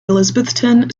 elizabethton